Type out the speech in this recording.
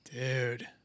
Dude